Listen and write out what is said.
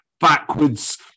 Backwards